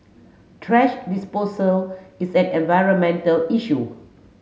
thrash disposal is an environmental issue